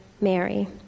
Mary